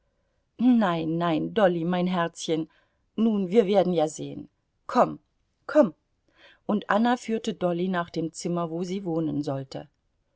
nein nein dolly mein herzchen nun wir werden ja sehen komm komm und anna führte dolly nach dem zimmer wo sie wohnen sollte